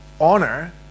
honor